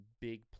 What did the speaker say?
big